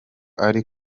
ari